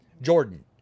Jordan